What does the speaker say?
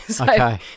Okay